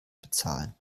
bezahlen